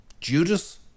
Judas